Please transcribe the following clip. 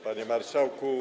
Panie Marszałku!